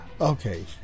Okay